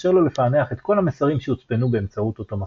תאפשר לו לפענח את כל המסרים שהוצפנו באמצעות אותו מפתח.